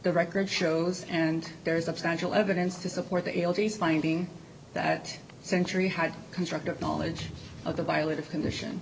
the record shows and there is a potential evidence to support the l t c finding that century had constructive knowledge of the violated condition